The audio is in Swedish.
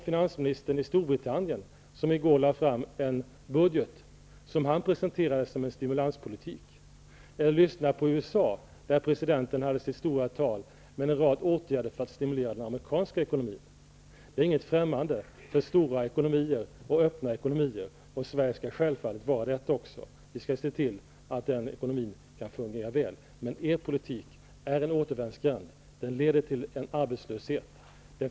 Finansministern i Storbritannien lade i går fram en budget som han presenterade som stimulanspolitik. Eller lyssna på USA:s president när han håller sitt stora tal omfattande en rad åtgärder för att stimulera den amerikanska ekonomin. Det här är inte något som är främmande för stora och öppna ekonomier, och Sverige skall självfallet vara en sådan. Vi skall se till att ekonomin fungerar väl. Men er politik är en återvändsgränd. Den leder till arbetslöshet.